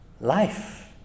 Life